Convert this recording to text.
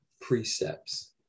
precepts